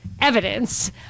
Evidence